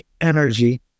energy